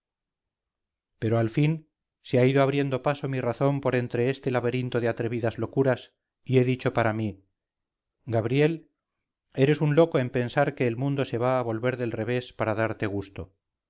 pero al fin se ha ido abriendo paso mi razón por entre este laberinto de atrevidas locuras y he dicho para mí gabriel eres un loco en pensar que el mundo se va a volver del revés para darte gusto